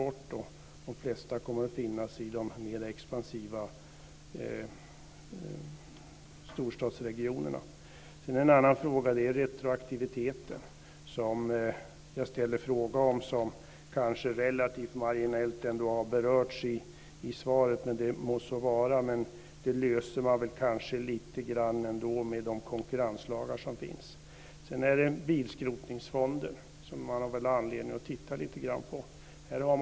De flesta kommer att finnas i de mera expansiva storstadsregionerna. En annan fråga gäller retroaktiviteten. Den berördes relativt marginellt i svaret. Det må så vara. Man kanske löser det här lite grann med de konkurrenslagar som finns. Det finns anledning att titta lite grann på Bilskrotningsfonden.